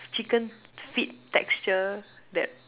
chicken feet texture that